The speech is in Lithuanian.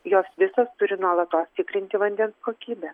jos visos turi nuolatos tikrinti vandens kokybę